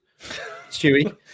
Stewie